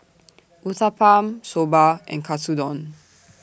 Uthapam Soba and Katsudon